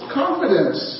confidence